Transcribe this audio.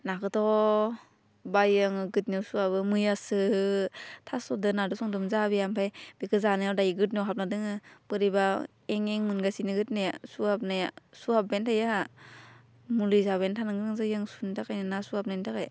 नाखोथ' बायो आङो गोदनायाव सु हाबो मैयासो थास'दो नादो संदोंमोन जोंहा आबैया ओमफ्राय बेखौ जानायाव दायो गोदनायाव हाबनानै दङ बोरैबा ऐं ऐं मोनगासिनो गोदनाया सु हाबनाया सु हाब्बायानो थायो आंहा मुलि जाबायानो थानो गोनां जायो आङो सुनि थाखाय ना सु हाबनायनि थाखाय